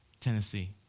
Tennessee